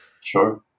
Sure